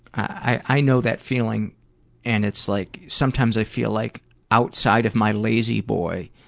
i know that feeling and it's like sometimes i feel like outside of my lazy boy,